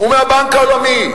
ומהבנק העולמי,